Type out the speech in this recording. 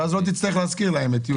ואז לא תצטרך להזכיר להם ביולי.